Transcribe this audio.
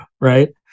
right